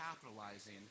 capitalizing